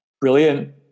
Brilliant